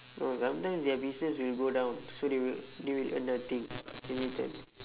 no sometimes their business will go down so they will they will earn nothing in return